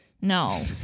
no